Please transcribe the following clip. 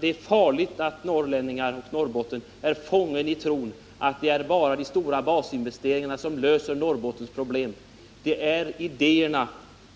Det är farligt om norrbottningarna är fångna i tron att det bara är de stora basinvesteringarna som löser Norrbottens problem. Det är idéerna